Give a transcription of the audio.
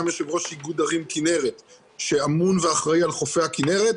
יושב-ראש איגוד ערים כנרת שאמון ואחראי על חופי הכנרת.